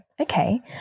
okay